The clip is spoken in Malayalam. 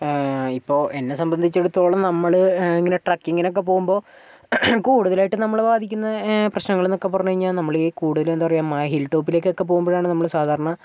ഇപ്പോൾ എന്നെ സംബന്ധിച്ചിടത്തോളം നമ്മൾ ഇങ്ങനെ ട്രക്കിങ്ങിന് ഒക്കെ പോകുമ്പോൾ കൂടുതലായിട്ടും നമ്മളെ ബാധിക്കുന്ന പ്രശ്നങ്ങൾ എന്നൊക്കെ പറഞ്ഞു കഴിഞ്ഞാൽ നമ്മൾ കൂടുതൽ എന്താ പറയുക മാ ഹിൽ ടോപ്പിലേക്ക് പോകുമ്പോഴാണ് നമ്മള് സാധാരണ